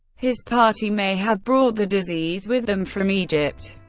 his party may have brought the disease with them from egypt.